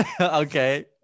okay